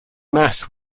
mass